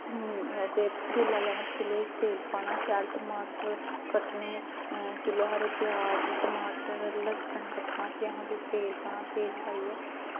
ते पतीला लैना ते पतीले च टमाटर पाना शैल करियै कट्टने किलो हारे प्याज़ टमाटर ते लस्सन कटना ते प्याज़ पाइयै